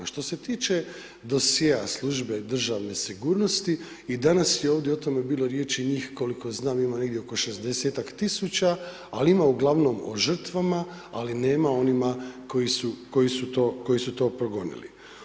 Što se tiče dosjea Službe državne sigurnosti i danas je ovdje o tome bilo riječi njih koliko znam ima negdje oko 60 tisuća, ali ima uglavnom o žrtvama, ali nema o onima koji su to progonili.